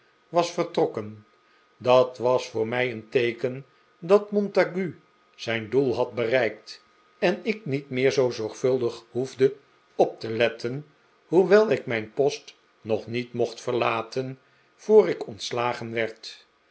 was vertrokken dat was voor mij een teeken dat montague zijn doel had bereikt en ik niet meer zoo zorgvuldig hoefde op te letten hoewel ik mijn post nog niet mocht verlaten voor ik ontslagen werd